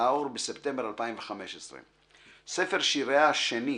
ראה אור בספטמבר 2015. ספר שיריה השני,